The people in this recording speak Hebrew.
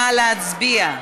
נא להצביע?